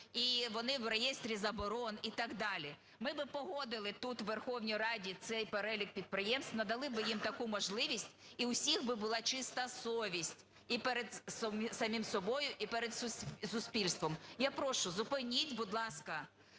і вони в реєстрі заборон і так далі. Ми би погодили тут, у Верховній Раді, цей перелік підприємств, надали би їм таку можливість, і у всіх би була чиста совість і перед самим собою, і перед суспільством. Я прошу, зупиніть, будь ласка,